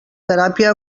teràpia